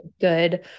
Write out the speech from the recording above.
good